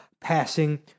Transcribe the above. passing